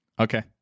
Okay